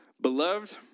Beloved